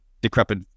decrepit